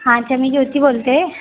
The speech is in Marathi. हां तर मी ज्योती बोलते आहे